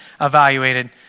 evaluated